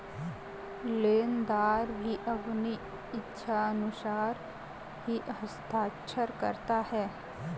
लेनदार भी अपनी इच्छानुसार ही हस्ताक्षर करता है